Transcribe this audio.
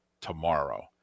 tomorrow